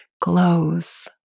glows